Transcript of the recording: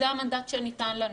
וזה המנדט שניתן לנו.